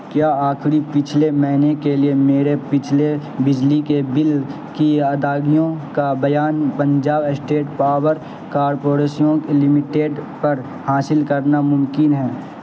کیا آخری پچھلے مہینے کے لیے میرے پچھلے بجلی کے بل کی ادائیگیوں کا بیان Punjab state power corporation limited پر حاصل کرنا ممکن ہے